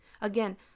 Again